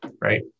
right